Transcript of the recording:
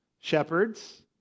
shepherds